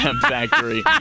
factory